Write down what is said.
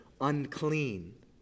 unclean